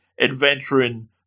adventuring